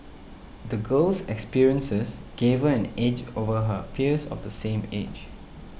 the girl's experiences gave her an edge over her peers of the same age